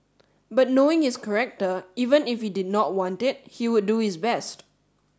but knowing his character even if he did not want it he would do his best